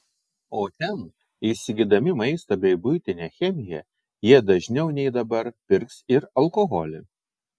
o ten įsigydami maistą bei buitinę chemiją jie dažniau nei dabar pirks ir alkoholį